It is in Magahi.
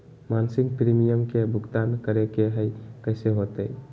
मासिक प्रीमियम के भुगतान करे के हई कैसे होतई?